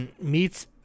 meets